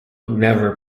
never